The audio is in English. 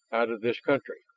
out of this country.